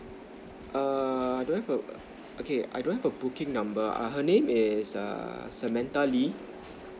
err do I have the okay I don't have a booking number err her name is err samantha lee